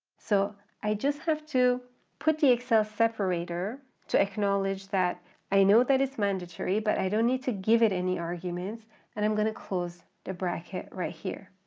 so i just have to put the excel separator to acknowledge that i know that it's mandatory but i don't need to give it any arguments and i'm going to close the bracket right here.